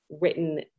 written